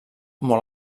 molt